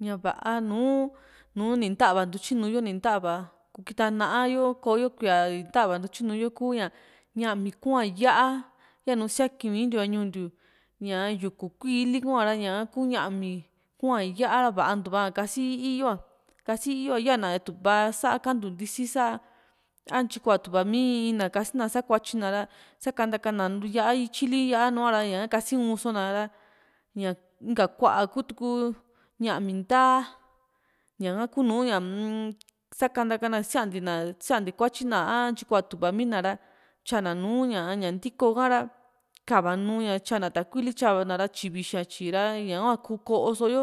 ñá va´a nùù nuni nta´va ntutyinu´u yo ni ntá´va kuu kita na´yoo kuíaa nta´va ntutyinu´u yo kuña ñámi kua´n ya´a yanu siaki mintiu a ñuu ntiu ñaa yuku kuíí li hua´ra ña´a kuu ñámi kua´n ya´a ra vantua kasi i´i yo´a kasi i´i yo´a yana va´a sa kantu ntisi sá a ntyi kuaa tuva mi in in ná kasina kasina sakuatyi na ra sakantaka na lu yá´a ityíli nùù a´ra ñaka kasi uun so´na ra ña inka kuaa kutuku ñámi ndaa ñaka kunu ñaa-m sakanta na siantena siante kuatyi na a ntyi kuaa tu´va mii na ra tyana nùù ña nti´ko ka´ra ka´va nuuña tyaa´na takuili ra tyi vixi a tyi ra ñaka hua kuu ko´soo yo